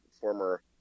former